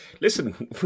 Listen